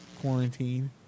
quarantine